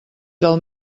del